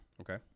Okay